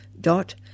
dot